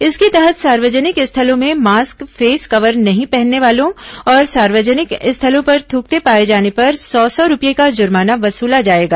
इसके तहत सार्वजनिक स्थलों में मास्क फेस कवर नहीं पहनने वालों और सार्वजनिक स्थलों पर थ्रकते पाए जाने पर सौ सौ रूपये का जुर्माना वसूला जाएगा